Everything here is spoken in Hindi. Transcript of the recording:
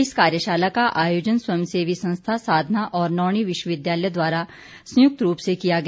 इस कार्यशाला का आयोजन स्वयं सेवी संस्था साधना और नौणी विश्वविद्यालय द्वारा संयुक्त रूप से किया गया